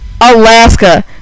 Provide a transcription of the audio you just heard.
Alaska